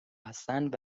هستند